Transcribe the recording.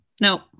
no